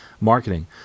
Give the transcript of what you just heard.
marketing